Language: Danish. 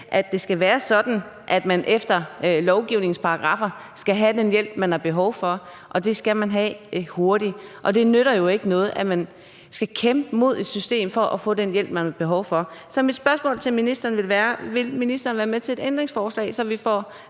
at det skal være sådan i dag, at man efter lovgivningens paragraffer skal have den hjælp, man har behov for, og det skal man have hurtigt. Og det nytter jo ikke noget, at man skal kæmpe mod et system for at få den hjælp, man har behov for. Så mit spørgsmål til ministeren er: Vil ministeren være med til et ændringsforslag, så vi får